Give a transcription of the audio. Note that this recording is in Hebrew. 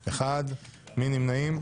1. מי נמנעים?